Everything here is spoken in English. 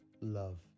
love